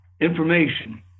information